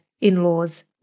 in-laws